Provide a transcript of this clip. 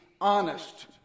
honest